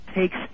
takes